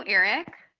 eric.